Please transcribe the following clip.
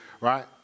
Right